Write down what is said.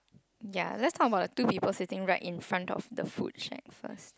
yeah let's talk about two people sitting right in front of the food shelf first